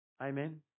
amen